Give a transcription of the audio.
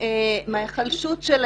מההיחלשות של